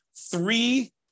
three